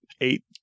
Eight